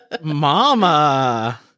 Mama